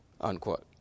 Unquote